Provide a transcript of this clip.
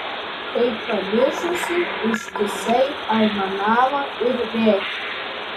kaip pamišusi ištisai aimanavo ir rėkė